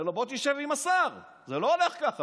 אני אומר לו: בוא תשב עם השר, זה לא הולך ככה.